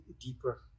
deeper